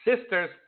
sisters